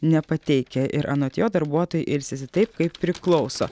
nepateikia ir anot jo darbuotojai ilsisi taip kaip priklauso